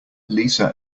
lisa